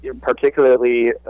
particularly